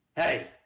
Hey